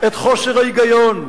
את חוסר ההיגיון,